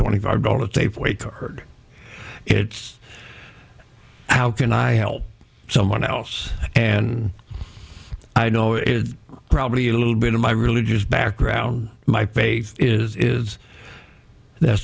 twenty five dollars safeway turd it's how can i help someone else and i know it's probably a little bit of my religious background my faith is